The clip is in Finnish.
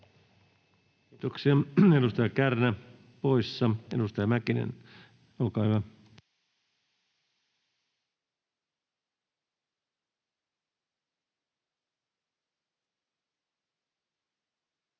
Kiitoksia. — Edustaja Kärnä poissa. — Edustaja Mäkinen, olkaa hyvä.